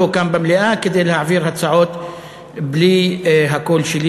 כאן במליאה כדי להעביר הצעות בלי הקול שלי,